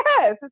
Yes